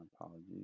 apologies